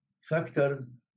factors